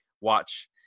watch